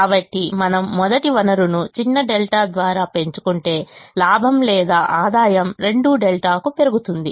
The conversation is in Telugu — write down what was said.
కాబట్టి మనము మొదటి వనరును చిన్న ẟ ద్వారా పెంచుకుంటే లాభం లేదా ఆదాయం 2ẟ కు పెరుగుతుంది